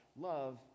Love